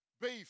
Beef